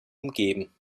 umgeben